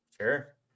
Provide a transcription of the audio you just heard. Sure